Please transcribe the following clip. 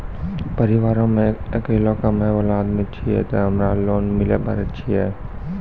परिवारों मे अकेलो कमाई वाला आदमी छियै ते हमरा लोन मिले पारे छियै?